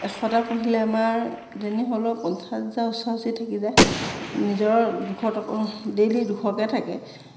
এশটা পুহিলে আমাৰ যেনে হ'লেও পঞ্চাছ হাজাৰ ওচৰা উচৰি থাকি যায় নিজৰ দুশ টকা ডেইলি দুশকৈ থাকে